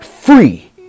free